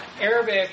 Arabic